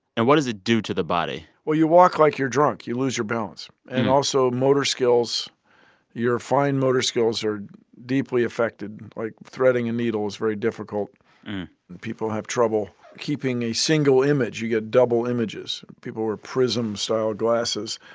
and what does it do to the body? well, you walk like you're drunk. you lose your balance, and also motor skills your fine motor skills are deeply affected. like, threading a needle is very difficult, and people have trouble keeping a single image. you get double images. people wear prism-style glasses.